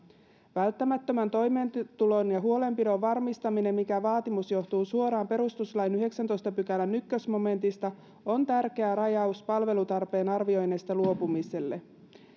välttämättömän toimeentulon ja huolenpidon varmistaminen mikä vaatimus johtuu suoraan perustuslain yhdeksännentoista pykälän ensimmäisestä momentista on tärkeä rajaus palvelutarpeen arvioinneista luopumiselle